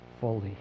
fully